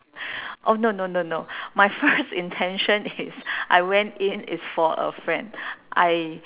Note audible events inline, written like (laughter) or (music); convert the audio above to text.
oh no no no no my first (laughs) intention is (laughs) I went in is for a friend I